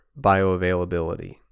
bioavailability